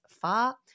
far